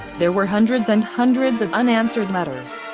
there were hundreds and hundreds of unanswered letters,